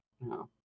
no